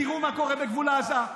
תראו מה קורה בגבול עזה.